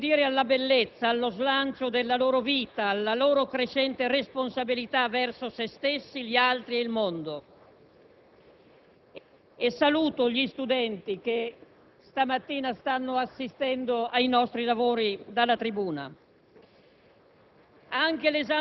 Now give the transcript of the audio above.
lasciatemi dire, alla bellezza, allo slancio della loro vita, alla loro crescente responsabilità verso se stessi, gli altri, il mondo. Saluto gli studenti che stamattina stanno assistendo ai nostri lavori dalla tribuna.